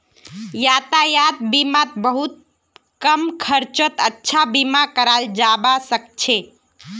यातायात बीमात बहुत कम खर्चत अच्छा बीमा कराल जबा सके छै